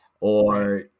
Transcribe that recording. Or-